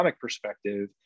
perspective